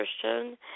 Christian